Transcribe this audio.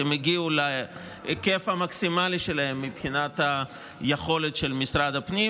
הם הגיעו להיקף המקסימלי שלהם מבחינת היכולת של משרד הפנים.